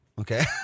Okay